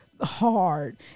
hard